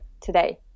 today